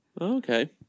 Okay